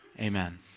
amen